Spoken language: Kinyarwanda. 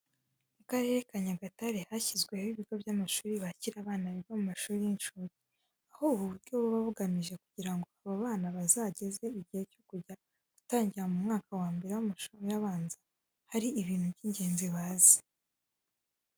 Mu karere ka Nyagatare hashyizweho ibigo by'amashuri byakira abana biga mu mashuri y'incuke, aho ubu buryo buba bugamije kugira ngo aba bana bazageze igihe cyo kujya gutangira mu mwaka wa mbere w'amashuri abanza hari ibintu by'ingenzi bazi.